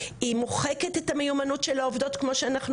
היא מוחקת את המיומנות של העובדות כמו שאנחנו